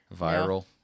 Viral